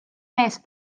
mees